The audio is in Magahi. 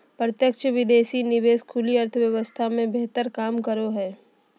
प्रत्यक्ष विदेशी निवेश खुली अर्थव्यवस्था मे बेहतर काम करो हय